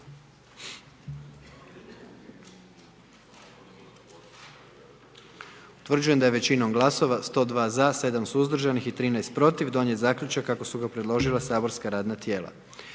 Utvrđujem da je većinom glasova 78 za i 1 suzdržan i 20 protiv donijet zaključak kako ga je predložilo matično saborsko radno tijelo.